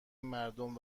مردم